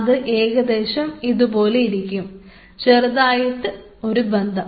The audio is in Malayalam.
അത് ഏകദേശം ഇതുപോലെ ഇരിക്കും ചെറുതായിട്ട് ഒരു ബന്ധം